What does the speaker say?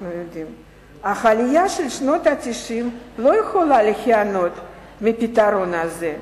אך העלייה של שנות ה-90 לא יכלה ליהנות מפתרון זה.